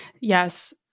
Yes